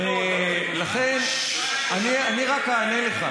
לכן אני רק אענה לך.